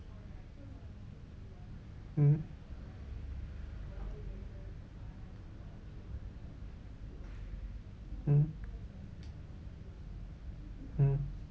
mm mm mm